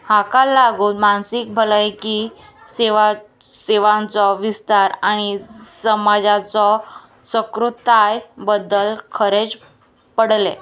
हाका लागून मानसीक भलायकी सेवा सेवांचो विस्तार आनी समाजाचो सकृताय बद्दल खरेंच पडलें